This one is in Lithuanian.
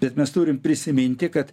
bet mes turim prisiminti kad